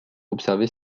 observés